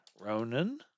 Ronan